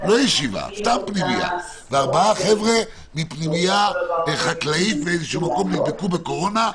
לא ישיבה - וארבעה חבר'ה מפנימייה חקלאית נדבקו בקורונה,